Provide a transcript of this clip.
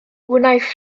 wnaiff